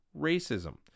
racism